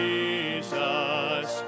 Jesus